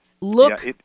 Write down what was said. Look